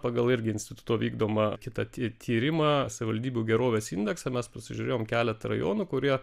pagal irgi instituto vykdomą kitą ty tyrimą savivaldybių gerovės indeksą mes pasižiūrėjom keletą rajonų kurie